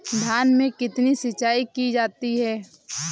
धान में कितनी सिंचाई की जाती है?